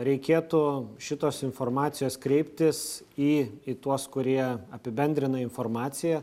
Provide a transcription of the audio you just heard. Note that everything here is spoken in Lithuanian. reikėtų šitos informacijos kreiptis į į tuos kurie apibendrina informaciją